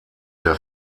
der